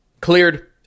Cleared